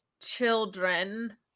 children